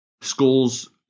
schools